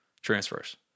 Transfers